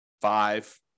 five